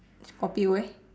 scorpio eh